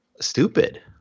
stupid